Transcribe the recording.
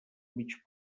mig